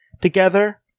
Together